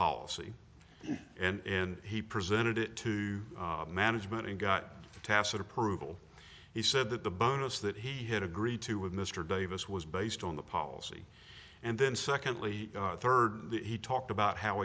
policy and he presented it to management and got the tacit approval he said that the bonus that he had agreed to with mr davis was based on the policy and then secondly thirdly he talked about how